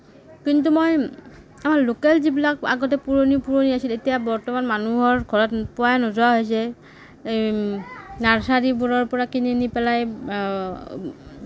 কিন্তু মই আমাৰ লোকেল যিবিলাক আগতে পুৰণি পুৰণি আছিল এতিয়া বৰ্তমান মানুহৰ ঘৰত পোৱা নোযোৱা হৈছে নাৰ্চাৰীবোৰৰ পৰা কিনি নি পেলাই